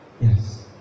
Yes